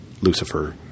lucifer